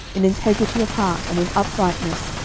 in integrity of heart, and in uprightness,